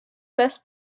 best